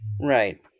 Right